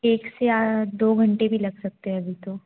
एक से या दो घंटे भी लग सकते हैं अभी तो